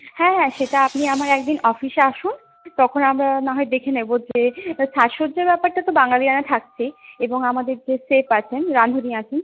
হ্যাঁ হ্যাঁ সেটা আপনি আমার একদিন অফিসে আসুন তখন আমরা না হয় দেখে নেব যে সাজসজ্জার ব্যাপারটা তো বাঙালিয়ানা থাকছেই এবং আমাদের যে শেফ আছে বুঝতেই পারছেন রাঁধুনি আছেন